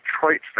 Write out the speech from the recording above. Detroit